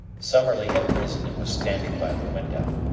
summerlee had risen and was standing by the window.